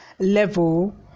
level